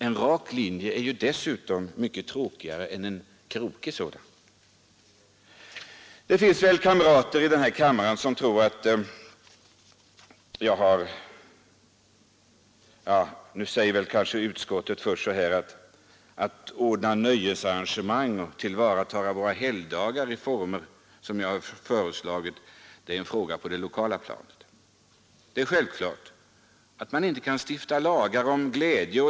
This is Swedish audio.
En rak linje är dessutom mycket tråkigare än en krokig. Nu säger utskottet att uppgiften att anordna nöjesarrangemang och tillvarata helgdagarna i de former jag föreslagit är en lokal angelägenhet. Det är självklart att man inte kan stifta lagar om glädje.